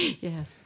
Yes